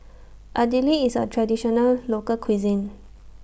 Idili IS A Traditional Local Cuisine